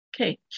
okay